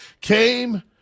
came